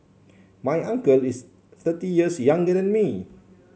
my uncle is thirty years younger than me